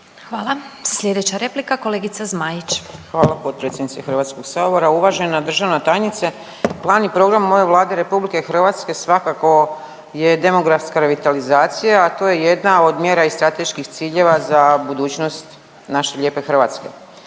Hvala. Sljedeća replika, kolegica Zmaić, izvolite. **Zmaić, Ankica (HDZ)** Hvala potpredsjednice HS-a, uvažena državna tajnice. Plan i program u mojoj Vladi RH svakako je demografska revitalizacija, a to je jedna od mjera i strateških ciljeva za budućnost naše lijepe Hrvatske.